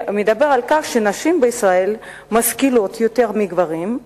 שמדבר על כך שנשים בישראל משכילות יותר מגברים,